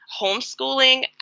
homeschooling